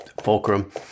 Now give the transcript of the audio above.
fulcrum